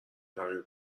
تغییر